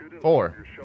Four